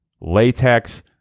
latex